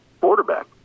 quarterback